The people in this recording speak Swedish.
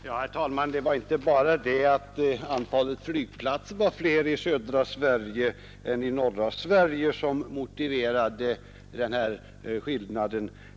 Herr talman! Det var inte bara det större antalet flygplatser i södra Sverige jämfört med norra Sverige som motiverade skillnaden.